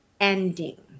ending